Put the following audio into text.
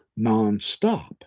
nonstop